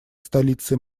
столицей